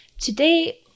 Today